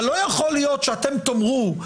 אבל לא יכול להיות שאתם תאמרו,